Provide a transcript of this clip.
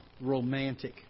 romantic